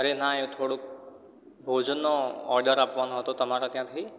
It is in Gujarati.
અરે ના એ થોડુંક ભોજનનો ઓડર આપવાનો હતો તમારા ત્યાંથી